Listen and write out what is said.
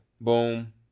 Boom